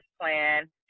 plan